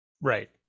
Right